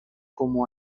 como